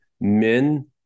men